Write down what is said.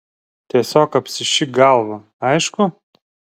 tiesiog apsišik galvą aišku